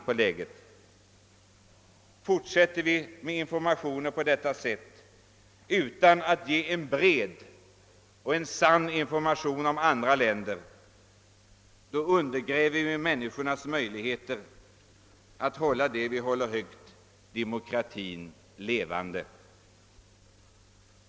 Om vi inte lämnar en bred och sann information om andra länder undergräver vi människornas möjligheter att hålla levande det som vi sätter högst, demokratin.